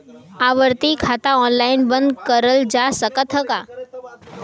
आवर्ती खाता ऑनलाइन बन्द करल जा सकत ह का?